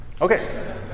Okay